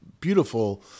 beautiful